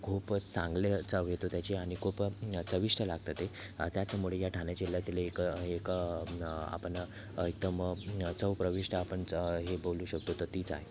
खूपच चांगले चव येतो त्याची आणि खूप चविष्ट लागतं ते त्याच्यामुळे या ठाने जिल्ह्यातील एक अ एक आपण एकदम चव प्रविष्ट आपण हे बोलू शकतो तर तीच आहे